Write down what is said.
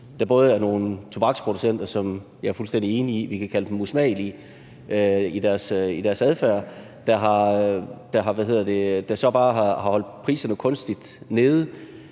er bl.a. nogle tobaksproducenter – jeg er fuldstændig enig i, at vi kan kalde dem usmagelige i deres adfærd – der så bare har holdt priserne kunstigt nede.